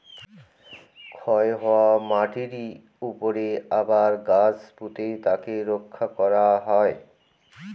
ক্ষয় হওয়া মাটিরর উপরে আবার গাছ পুঁতে তাকে রক্ষা করা হয়